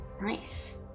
Nice